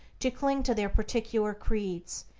to cling to their particular creeds,